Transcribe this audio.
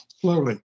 Slowly